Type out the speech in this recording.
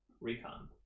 Recon